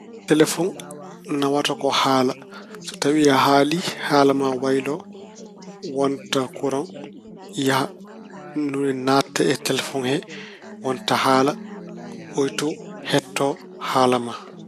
Telefoŋ nawata ko haala. So tawi a haali, haala ma waylo, wonta kuraŋ, yaha. Ni woni naatta e telefoŋ he, wonta haala. Oon to heɗto haala ma.